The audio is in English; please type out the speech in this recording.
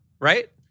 right